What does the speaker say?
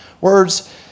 Words